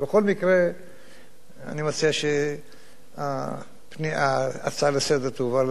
אני מציע שההצעה לסדר-היום תועבר לוועדה לפניות הציבור,